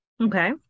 Okay